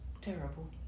terrible